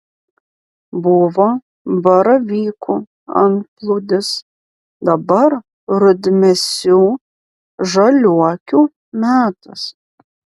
buvo baravykų antplūdis dabar rudmėsių žaliuokių metas